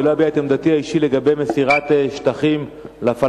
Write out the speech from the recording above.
אני לא אביע את עמדתי האישית לגבי מסירת שטחים לפלסטינים,